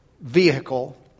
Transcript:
vehicle